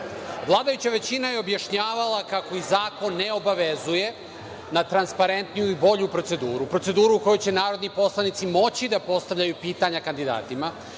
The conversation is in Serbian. većina je objašnjavala kako ih zakon ne obavezuje na transparentniju i bolju proceduru, proceduru u kojoj će narodni poslanici moći da postavljaju pitanja kandidatima,